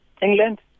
England